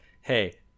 hey